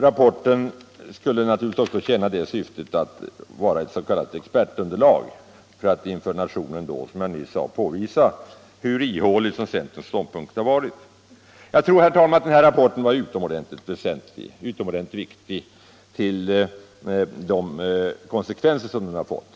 Rapporten skulle naturligtvis också tjäna det syftet att vara ett s.k. expertunderlag för att inför nationen påvisa hur ihålig centerns ståndpunkt har varit. Rapporten har varit utomordentligt viktig med hänsyn till de konsekvenser som den fått.